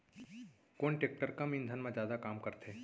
कोन टेकटर कम ईंधन मा जादा काम करथे?